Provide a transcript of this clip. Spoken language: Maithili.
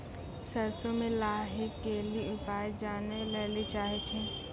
सरसों मे लाही के ली उपाय जाने लैली चाहे छी?